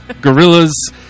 gorillas